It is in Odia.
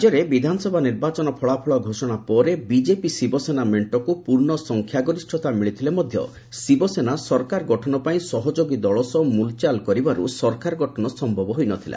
ରାଜ୍ୟରେ ବିଧାନସଭା ନିର୍ବାଚନ ଫଳାଫଳ ଘୋଷଣା ପରେ ବିଜେପି ଶିବସେନା ମେଣ୍ଟକୁ ପୂର୍ଣ୍ଣ ସଂଖ୍ୟାଗରିଷ୍ଣତା ମିଳିଥିଲେ ମଧ୍ୟ ଶିବସେନା ସରକାର ଗଠନ ପାଇଁ ସହଯୋଗୀ ଦଳ ସହ ମୁଲଚାଲ କରିବାରୁ ସରକାର ଗଠନ ସମ୍ଭବ ହୋଇନଥିଲା